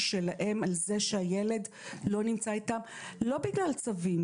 שלהם על זה שהילד לא נמצא איתם - לא בגלל צווים,